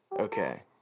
Okay